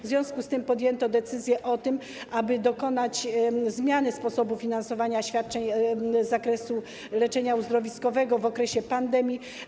W związku z tym podjęto decyzję o tym, aby dokonać zmiany sposobu finansowania świadczeń z zakresu leczenia uzdrowiskowego w okresie pandemii.